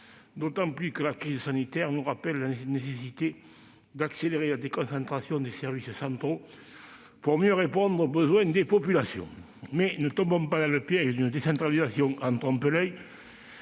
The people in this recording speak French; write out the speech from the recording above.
d'autant que la crise sanitaire nous rappelle la nécessité d'accélérer la déconcentration des services centraux pour mieux répondre aux besoins des populations. Pour autant, ne tombons pas dans le piège d'une décentralisation en trompe-l'oeil